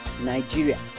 Nigeria